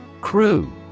Crew